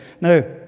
Now